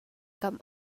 kam